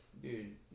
Dude